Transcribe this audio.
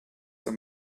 doch